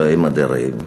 אלוהים אדירים,